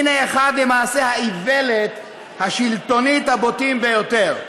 הנה אחד ממעשי האיוולת השלטונית הבוטים ביותר,